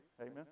Amen